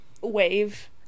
wave